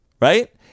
right